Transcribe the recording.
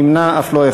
נמנעים,